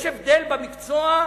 יש הבדל, במקצוע,